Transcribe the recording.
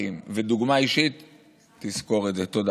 תודה.